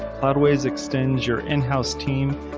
cloudways extends your in house team,